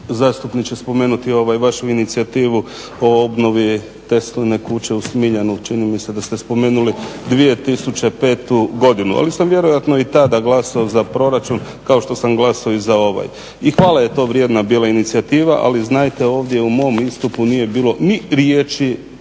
zastupniče spomenuti vašu inicijativu o obnovi Tesline kuće u Smiljanu, čini mi se da ste spomenuli 2005. godinu. Ali sam vjerojatno i tada glasao za proračun kao što sam glasao i za ovaj. I hvale je to vrijedna bila inicijativa ali znajte ovdje u mom istupu nije bilo ni riječi